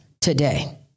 today